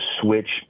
switch